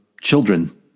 children